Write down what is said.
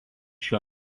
šiuo